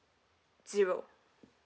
zero